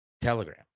telegram